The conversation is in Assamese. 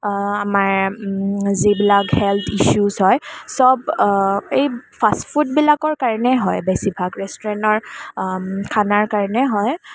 আমাৰ যিবিলাক হেল্থ ইচ্ছ্যুজ হয় সব এই ফাষ্টফুডবিলাকৰ কাৰণেই হয় বেছিভাগ ৰেষ্টুৰেণ্টৰ খানাৰ কাৰণেই হয়